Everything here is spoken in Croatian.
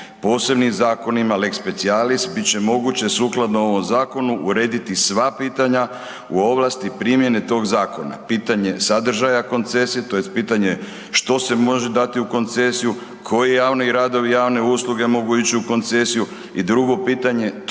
Posebnim zakonima lex specialis bit će moguće sukladno ovom zakonu urediti sva pitanja u ovlasti primjene tog zakona. Pitanje sadržaja koncesije, tj. pitanje što se može dati u koncesiju, koji javni radovi i javne usluge mogu ići u koncesiju i drugo pitanje, tko